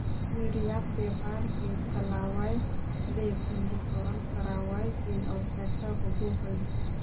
निर्यात व्यापार के चलावय ले पंजीकरण करावय के आवश्यकता होबो हइ